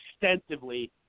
extensively